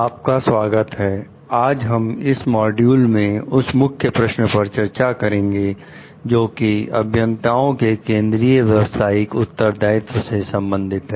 आपका स्वागत है आज हम इस मॉड्यूल में उस मुख्य प्रश्न पर चर्चा करेंगे जो कि अभियंताओं के केंद्रीय व्यवसायिक उत्तरदायित्व से संबंधित है